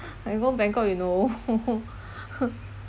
can go bangkok you know